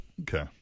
Okay